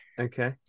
Okay